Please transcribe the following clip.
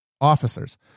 officers